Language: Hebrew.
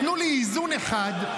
תנו לי איזון אחד,